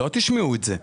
לא תשמעו את זה.